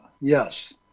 Yes